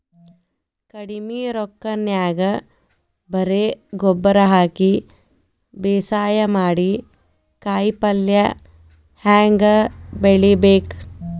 ಕಡಿಮಿ ರೊಕ್ಕನ್ಯಾಗ ಬರೇ ಗೊಬ್ಬರ ಹಾಕಿ ಬೇಸಾಯ ಮಾಡಿ, ಕಾಯಿಪಲ್ಯ ಹ್ಯಾಂಗ್ ಬೆಳಿಬೇಕ್?